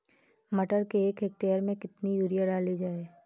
मटर के एक हेक्टेयर में कितनी यूरिया डाली जाए?